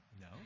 No